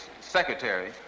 secretary